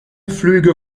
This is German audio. flüge